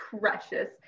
Precious